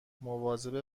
مواظب